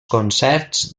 concerts